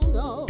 no